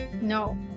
no